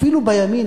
אפילו בימין,